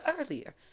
earlier